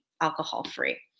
alcohol-free